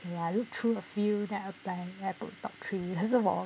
ya look through a few then I apply then I put top three 还是我